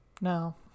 No